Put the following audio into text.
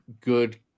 good